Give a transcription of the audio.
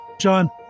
John